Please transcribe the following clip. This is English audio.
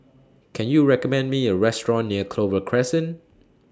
Can YOU recommend Me A Restaurant near Clover Crescent